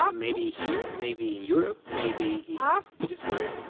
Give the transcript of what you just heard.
um maybe here, maybe in europe, maybe in petersburg,